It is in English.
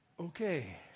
Okay